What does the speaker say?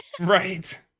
Right